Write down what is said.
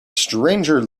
stranger